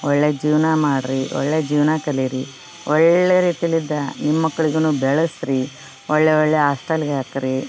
ಒಳ್ಳೆಯ ಜೀವನ ಮಾಡ್ರಿ ಒಳ್ಳೆಯ ಜೀವನ ಕಲೀರಿ ಒಳ್ಳೆಯ ರೀತಿಲಿದ್ದು ನಿಮ್ಮ ಮಕ್ಕಳಿಗೂನು ಬೆಳಸಿರಿ ಒಳ್ಳೆಯ ಒಳ್ಳೆಯ ಹಾಸ್ಟೆಲ್ಗ್ ಹಾಕ್ರಿ